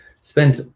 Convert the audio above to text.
spent